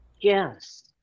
Yes